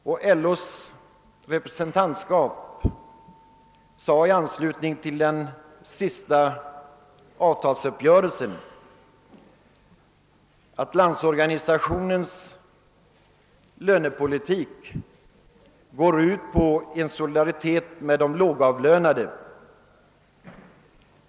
LO:s representantskap uttalade i anslutning till den senaste avtalsuppgörelsen att Landsorganisationens lönepolitik går ut på solidaritet med de lågavlönade.